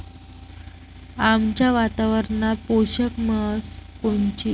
आमच्या वातावरनात पोषक म्हस कोनची?